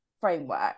framework